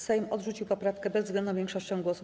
Sejm odrzucił poprawkę bezwzględną większością głosów.